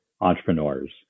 entrepreneurs